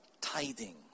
tithing